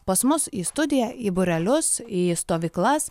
pas mus į studiją į būrelius į stovyklas